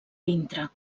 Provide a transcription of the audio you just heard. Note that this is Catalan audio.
dintre